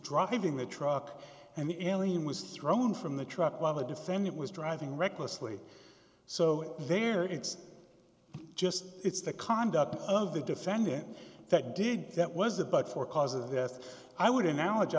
driving the truck and the alien was thrown from the truck while the defendant was driving recklessly so there it's just it's the conduct of the defendant that did that was it but for cause of death i would